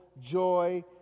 joy